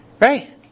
right